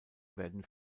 werden